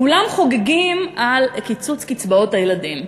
כולם חוגגים על קיצוץ קצבאות הילדים,